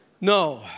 no